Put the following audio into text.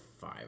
five